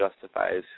justifies